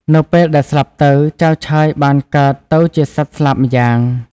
ពេលដែលស្លាប់ទៅចៅឆើយបានកើតទៅជាសត្វស្លាបម្យ៉ាង។